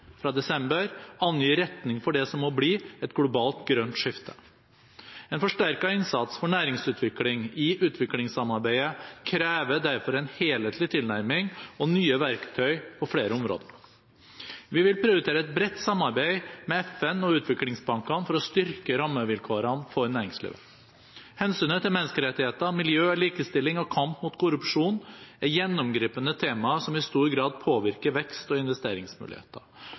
fra desember angir retningen for det som må bli et globalt grønt skifte. En forsterket innsats for næringsutvikling i utviklingssamarbeidet krever derfor en helhetlig tilnærming og nye verktøy på flere områder. Vi vil prioritere et bredt samarbeid med FN og utviklingsbankene for å styrke rammevilkårene for næringslivet. Hensynet til menneskerettigheter, miljø, likestilling og kamp mot korrupsjon er gjennomgripende temaer som i stor grad påvirker vekst- og investeringsmuligheter.